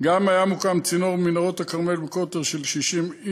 גם אם היה מוקם במנהרות-הכרמל צינור בקוטר 60 אינץ',